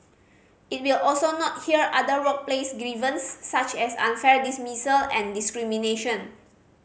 it will also not hear other workplace grievances such as unfair dismissal and discrimination